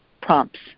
prompts